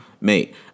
Mate